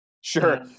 Sure